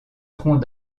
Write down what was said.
troncs